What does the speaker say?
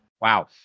wow